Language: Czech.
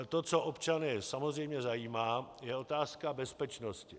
To, co občany samozřejmě zajímá, je otázka bezpečnosti.